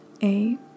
eight